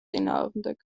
წინააღმდეგ